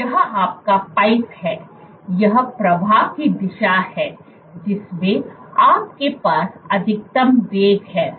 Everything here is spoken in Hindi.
तो यह आपका पाइप है यह प्रवाह की दिशा है जिसमें आपके पास अधिकतम वेग है